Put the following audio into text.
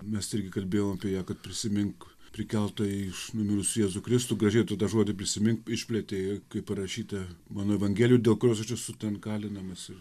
mes irgi kalbėjom apie ją kad prisimink prikeltąjį iš numirusių jėzų kristų gražiai tu tą žodį prisimink išplėtei kaip parašyta mano evangelijoj dėl kurios aš esu ten kalinamas ir